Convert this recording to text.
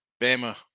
Bama